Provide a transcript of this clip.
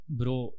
bro